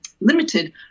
limited